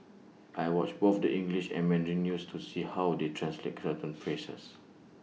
I watch both the English and Mandarin news to see how they translate certain phrases